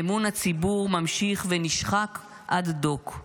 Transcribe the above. ואמון הציבור ממשיך ונשחק עד דוק.